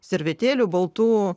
servetėlių baltų